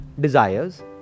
desires